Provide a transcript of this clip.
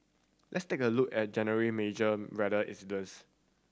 let's take a look at January major weather incidents